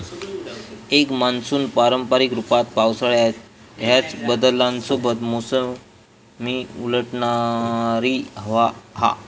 एक मान्सून पारंपारिक रूपात पावसाळ्यात ह्याच बदलांसोबत मोसमी उलटवणारी हवा हा